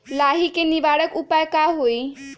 लाही के निवारक उपाय का होई?